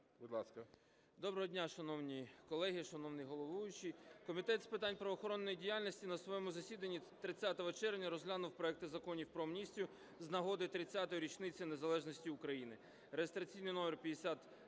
Доброго дня, шановні колеги, шановний головуючий! Комітет з питань правоохоронної діяльності на своєму засіданні 30 червня розглянув проекти законів про амністію з нагоди 30-ї річниці Незалежності України